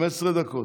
15 דקות.